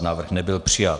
Návrh nebyl přijat.